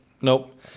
Nope